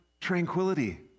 tranquility